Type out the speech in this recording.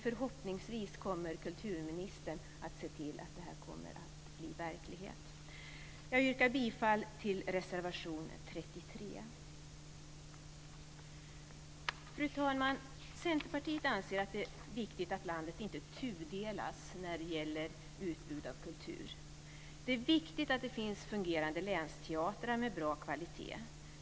Förhoppningsvis kommer kulturministern att se till att det blir verklighet. Jag yrkar bifall till reservation 33. Fru talman! Centerpartiet anser att det är viktigt att landet inte tudelas när det gäller utbud av kultur. Det är viktigt att det finns fungerande länsteatrar med bra kvalitet.